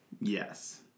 Yes